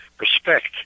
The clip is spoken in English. respect